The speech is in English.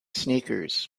sneakers